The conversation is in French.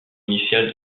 initial